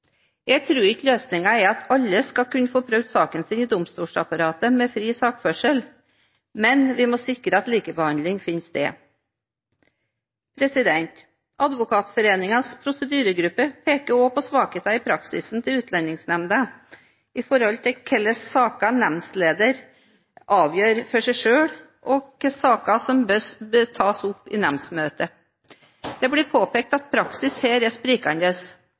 Jeg tror ikke løsningen er at alle skal kunne få prøvd saken sin i domstolsapparatet med fri sakførsel, men vi må sikre at likebehandling finner sted. Advokatforeningens prosedyregruppe peker også på svakheter i praksisen til Utlendingsnemnda når det gjelder hvilke saker nemndleder avgjør alene, og hvilke saker som bør tas opp i nemndsmøte. Det blir påpekt at praksis her er sprikende.